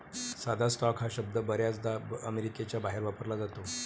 साधा स्टॉक हा शब्द बर्याचदा अमेरिकेच्या बाहेर वापरला जातो